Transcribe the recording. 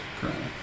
currently